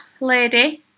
Lady